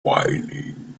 whinnying